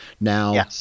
Now